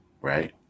right